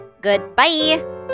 Goodbye